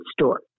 store